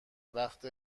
وقت